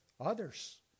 others